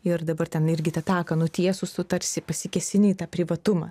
ir dabar ten irgi tą taką nutiesus tu tarsi pasikėsini į tą privatumą